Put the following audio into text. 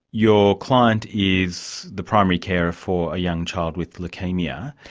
your client is the primary carer for a young child with leukaemia.